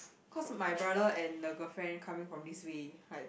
cause my brother and the girlfriend coming from this way like